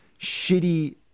shitty